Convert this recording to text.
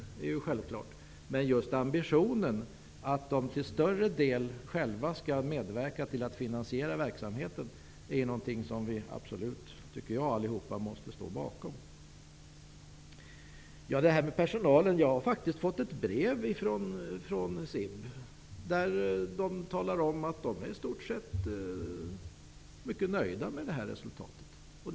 Men just ambitionen att de till större del själva skall medverka till att finansiera verksamheten är något som jag tycker att vi alla absolut måste stå bakom. Beträffande personalen har jag faktiskt fått ett brev från SIB, där de talar om att de i stort sett är mycket nöjda med det här resultatet.